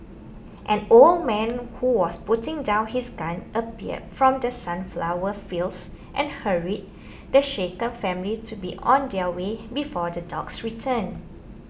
an old man who was putting down his gun appeared from the sunflower fields and hurried the shaken family to be on their way before the dogs return